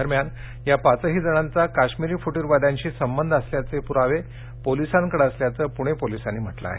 दर यान या पाचही जणांचा काशिमरी फुटीरवा ांशी संबंध अस याचे पुरावे पोलिसांकडे अस याचं पूणे पोलिसांनी हटलं आहे